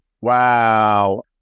Wow